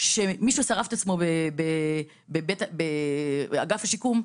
שמישהו שרף את עצמו באגף השיקום,